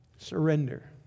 Surrender